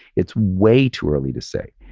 it's way too early to say.